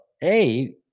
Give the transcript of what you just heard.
Hey